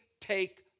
take